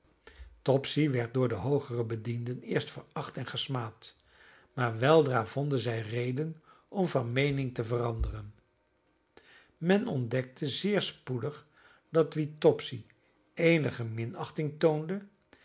topsy werd door de hoogere bedienden eerst veracht en gesmaad maar weldra vonden zij reden om van meening te veranderen men ontdekte zeer spoedig dat wie topsy eenige minachting toonde